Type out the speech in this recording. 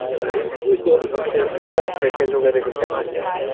salary का package वगैरह का कैसा क्या हैं